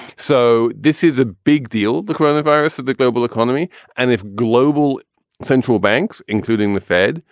so this is a big deal. the corona virus that the global economy and if global central banks, including the fed,